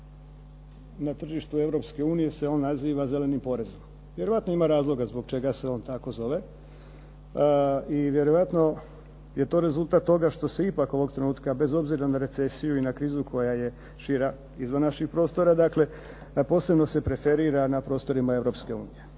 unije se on naziva "Zelenim porezom". Vjerojatno ima razloga zbog čega se on tako zove i vjerojatno je to rezultat toga što se ipak ovog trenutka bez obzira na recesiju i na krizu koja je šira, izvan naših prostora dakle, a posebno se preferira na prostorima